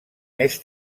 més